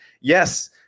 yes